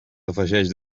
afegeix